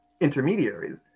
intermediaries